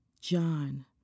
John